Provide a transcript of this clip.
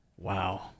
Wow